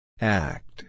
Act